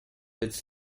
its